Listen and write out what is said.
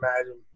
imagine